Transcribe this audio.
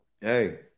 hey